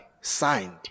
signed